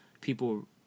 people